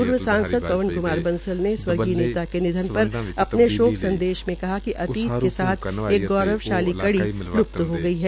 पूर्व सांसद पवन क्मार बांसल ने स्वर्गीय नेता के निधन पर अपने शोक संदेश में कहा कि अतीत के साथ एक गौरवशाली कड़ी ल्प्त हो गई है